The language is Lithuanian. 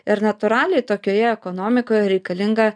ir natūraliai tokioje ekonomikoje reikalinga